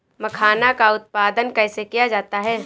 मखाना का उत्पादन कैसे किया जाता है?